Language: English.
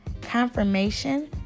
confirmation